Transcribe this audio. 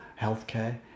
healthcare